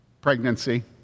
pregnancy